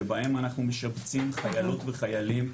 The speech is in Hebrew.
שבהם אנחנו משבצים חיילות וחיילים,